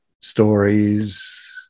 stories